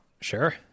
Sure